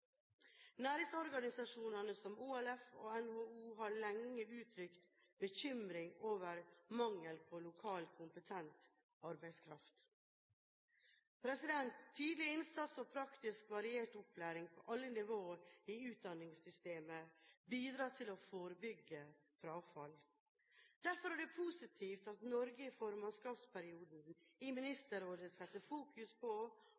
Næringsorganisasjonene, som OLF og NHO, har lenge uttrykt bekymring over mangel på lokal kompetent arbeidskraft. Tidlig innsats og praktisk variert opplæring på alle nivåer i utdanningssystemet bidrar til å forebygge frafall. Derfor er det positivt at Norge i formannskapsperioden i Ministerrådet setter fokus på